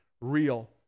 real